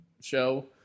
show